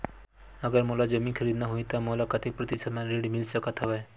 अगर मोला जमीन खरीदना होही त मोला कतेक प्रतिशत म ऋण मिल सकत हवय?